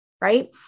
right